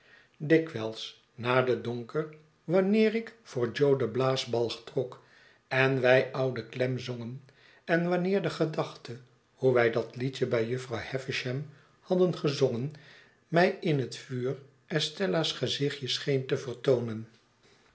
dikwijls na den donker wanneer ik voor jo den blaasbalg trok en wij oude clem zongen en wanneer de gedachte hoe wij dat liedje bij jufvrouw havisham hadden gezongen mij in het vuur estella's gezichtje scheen te vertoonen